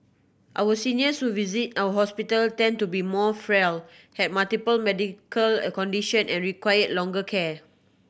our seniors who visit our hospital tend to be more frail have multiple medical a condition and require longer care